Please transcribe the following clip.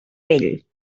pell